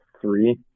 three